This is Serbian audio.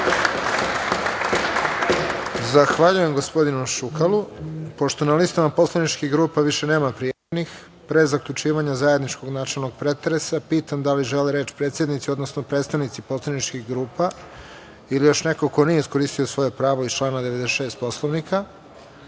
Zahvaljujem. Pošto na listama poslaničkih grupa više nema prijavljenih, pre zaključivanja zajedničkog načelnog pretresa, pitam da li žele reč predsednici, odnosno predstavnici poslaničkih grupa ili još neko ko nije iskoristio svoje pravo iz člana 96. Poslovnika? Ako